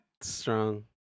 Strong